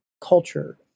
culture